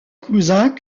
cousin